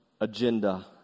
agenda